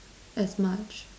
as much